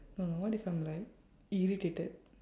uh what if I'm like irritated